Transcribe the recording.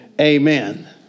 Amen